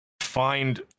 find